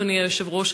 אדוני היושב-ראש,